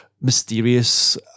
mysterious